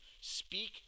speak